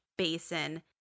basin